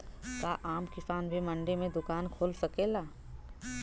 का आम किसान भी मंडी में दुकान खोल सकेला?